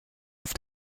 auf